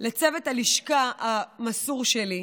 לצוות הלשכה המסור שלי,